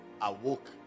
awoke